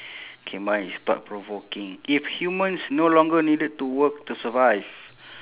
K mine is thought provoking if humans no longer needed to work to survive